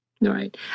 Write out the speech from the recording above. Right